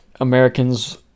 Americans